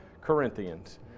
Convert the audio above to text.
Corinthians